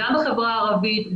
גם בחברה הערבית,